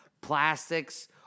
Plastics